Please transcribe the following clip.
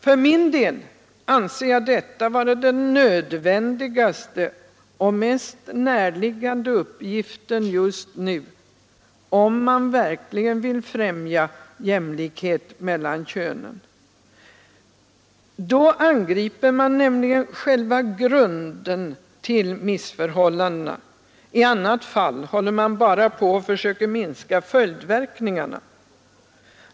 För min del anser jag detta vara den nödvändigaste och mest närliggande uppgiften just nu, om man verkligen vill främja jämlikhet mellan könen. Då angriper man nämligen själva grunden till missförhållandena — i annat fall håller man bara på och försöker minska följdverkningarna.